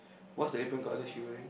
what is the apron colour she wearing